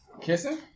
Kissing